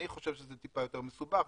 אני חושב שזה טיפה יותר מסובך,